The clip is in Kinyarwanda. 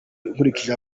nkurikije